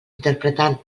interpretant